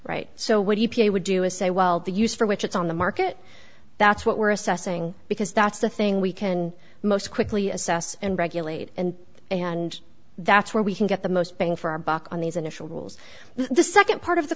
right so what do you pay would do is say well the use for which it's on the market that's what we're assessing because that's the thing we can most quickly assess and regulate and and that's where we can get the most bang for our buck on these initial rules the nd part of the